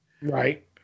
Right